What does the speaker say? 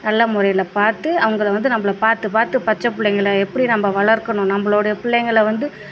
நல்ல முறையில் பார்த்து அவங்கள வந்து நம்மள பார்த்து பார்த்து பச்சை பிள்ளைங்கள எப்படி நம்ம வளர்க்கணும் நம்மளோடைய பிள்ளைங்கள வந்து